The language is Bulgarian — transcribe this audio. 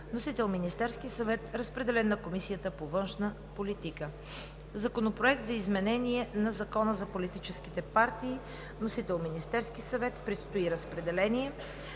Вносител: Министерският съвет. Водеща е Комисията по външна политика. Законопроект за изменение на Закона за политическите партии. Вносител: Министерският съвет. Предстои разпределение.